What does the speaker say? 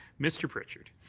mr. pritchard,